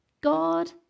God